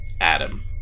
Adam